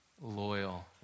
loyal